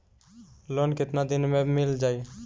Loan कितना दिन में मिल जाई?